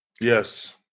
Yes